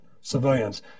civilians